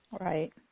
right